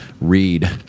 read